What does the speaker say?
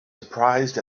surprised